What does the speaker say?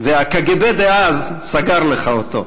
והקג"ב אז סגר לך אותו.